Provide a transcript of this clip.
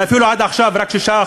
ואפילו עד עכשיו רק 6%,